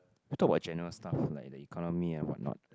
we talk about general stuff like the economy and what not